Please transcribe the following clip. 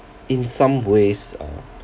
in some ways err